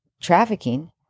trafficking